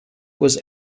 was